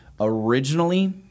Originally